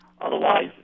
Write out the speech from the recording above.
Otherwise